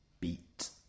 Beat